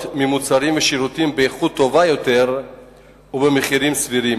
ממוצרים ושירותים באיכות טובה יותר ובמחירים סבירים.